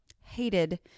hated